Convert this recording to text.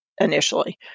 initially